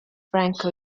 franco